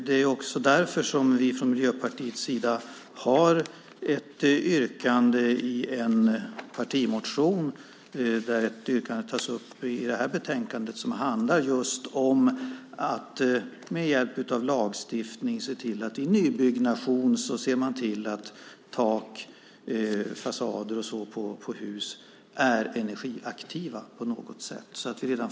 Det är också därför som vi i Miljöpartiet i en partimotion har ett yrkande som tas upp i det här betänkandet och som handlar just om att med hjälp av lagstiftningen se till att tak, husfasader och sådant på något sätt är energiaktiva vid nybyggnation.